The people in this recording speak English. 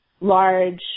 large